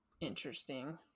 interesting